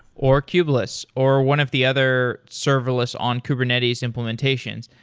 or kubeless, or one of the other serverless on kubernetes implementations.